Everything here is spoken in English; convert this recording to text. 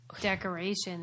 decorations